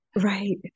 Right